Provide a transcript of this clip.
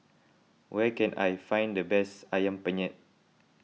where can I find the best Ayam Penyet